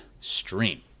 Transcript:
stream